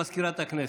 הודעה למזכירת הכנסת,